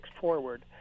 forward